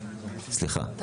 סליחה,